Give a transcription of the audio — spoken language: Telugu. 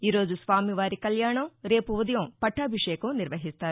ఈరోజు స్వామి వారి కళ్యాణం రేపు ఉదయం పట్టాభిషేకం నిర్వహిస్తారు